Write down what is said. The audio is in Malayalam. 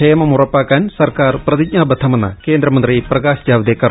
കർഷകരുടെ ക്ഷേമം ഉറപ്പാക്കാൻ സർക്കാർ പ്രതിജ്ഞാബദ്ധമെന്ന് കേന്ദ്രമന്ത്രി പ്രകാശ് ജാവ്ദേക്കർ